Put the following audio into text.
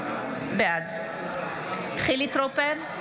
בעד חילי טרופר,